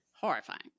Horrifying